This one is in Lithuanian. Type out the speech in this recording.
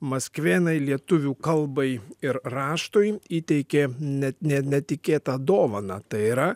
maskvėnai lietuvių kalbai ir raštui įteikė net ne netikėtą dovaną tai yra